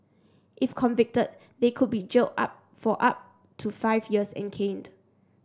if convicted they could be jailed up for up to five years and caned